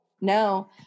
no